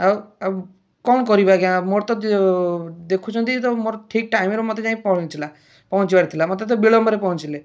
ଆଉ ଆଉ କ'ଣ କରିବି ଆଜ୍ଞା ମୋର ତ ଦେଖୁଛନ୍ତି ତ ମୋର ଠିକ୍ ଟାଇମ୍ରେ ମତେ ଯାଇକି ପହଞ୍ଚିଲା ପହଞ୍ଚିବାର ଥିଲା ମତେ ତ ବିଳମ୍ବରେ ପହଞ୍ଚିଲେ